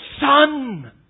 Son